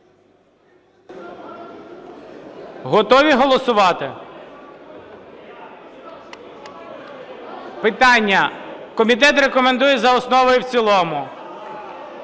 Готові голосувати? Питання: комітет рекомендує за основу і в цілому,